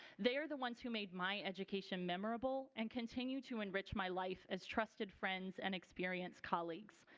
they are the ones who made my education memorable and continue to enrich my life as trusted friends and experienced colleagues.